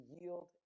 yield